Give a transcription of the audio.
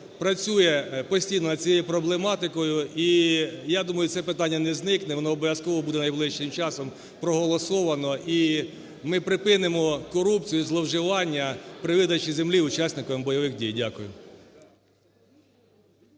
працює постійно над цією проблематикою. І я думаю, це питання не зникне, воно обов'язково буде найближчим часом проголосоване. І ми припинимо корупцію і зловживання при видачі землі учасникам бойових дій. Дякую.